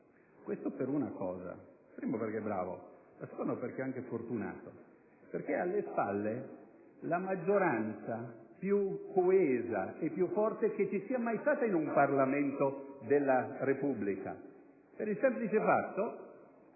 Questo per due ragioni: la prima è che è bravo, la seconda è che è anche fortunato perché ha alle spalle la maggioranza più coesa e più forte che ci sia mai stata in un Parlamento della Repubblica. Questo semplicemente